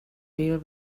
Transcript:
deal